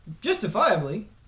justifiably